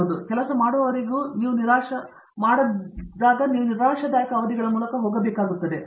ಆದರೆ ಅದು ಕೆಲಸ ಮಾಡುವವರೆಗೂ ನೀವು ನಿರಾಶಾದಾಯಕ ಅವಧಿಗಳ ಮೂಲಕ ಹೋಗಬೇಕಾಗುತ್ತದೆ